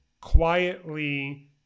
quietly